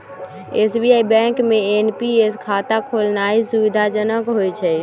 SBI bank में NPS खता खोलेनाइ सुविधाजनक होइ छइ